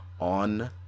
on